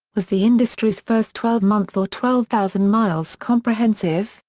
was the industry's first twelve month or twelve thousand miles comprehensive,